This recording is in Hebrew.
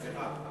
סליחה.